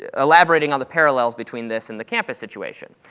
elaborating on the parallels between this and the campus situation,